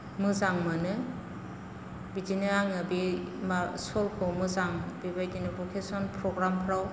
मोजां मोनो बिदिनो आङो बे मा शलखौ मोजां बेबायदिनो बेखौ फेशन प्रग्रामफोराव